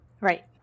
Right